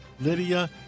Lydia